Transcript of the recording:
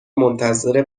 منتظر